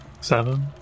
Seven